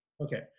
okay